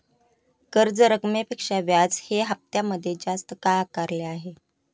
कर्ज रकमेपेक्षा व्याज हे हप्त्यामध्ये जास्त का आकारले आहे?